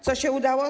Co się udało?